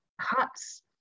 huts